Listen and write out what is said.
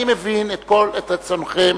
אני מבין את רצונכם